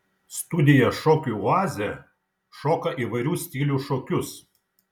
studija šokių oazė šoka įvairių stilių šokius